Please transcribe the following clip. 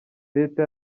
leta